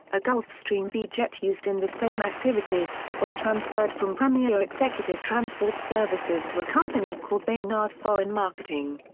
a gulfstream v jet used in the same activities, was transferred from premier executive transport services to a company called baynard foreign marketing.